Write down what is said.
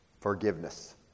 Forgiveness